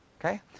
Okay